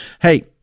hey